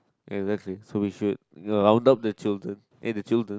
exactly so we should round up the children and the children